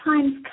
times